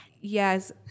Yes